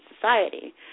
society